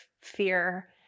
fear